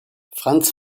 franz